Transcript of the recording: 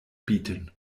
bieten